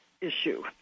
issue